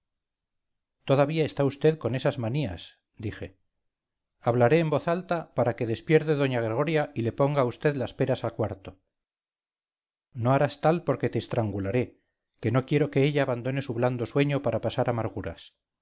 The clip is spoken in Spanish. todavía está vd con esas manías dije hablaré en voz alta para que despierte doña gregoria y le ponga a vd las peras a cuarto no harás tal porque te estrangularé que no quiero que ella abandone su blando sueño para pasar amarguras